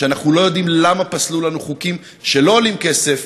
שאנחנו לא יודעים למה פסלו לנו חוקים שלא עולים כסף,